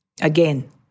again